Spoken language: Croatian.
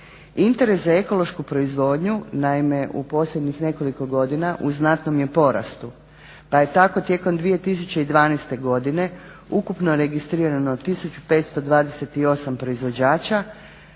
Interes za ekološku proizvodnju naime u posljednjih nekoliko godina u znatnom je porastu pa je tako tijekom 2012. godine ukupno registrirano 1528 proizvođača